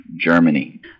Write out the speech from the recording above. Germany